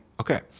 Okay